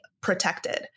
protected